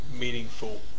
meaningful